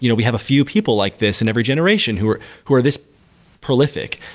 you know we have a few people like this in every generation who are who are this prolific.